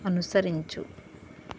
అనుసరించు